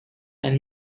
and